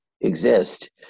exist